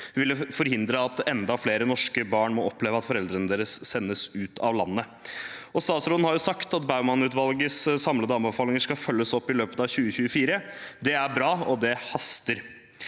ville forhindre at enda flere norske barn må oppleve at foreldrene deres sendes ut av landet. Statsråden har sagt at Baumann-utvalgets samlede anbefalinger skal følges opp i løpet av 2024. Det er bra, og det haster.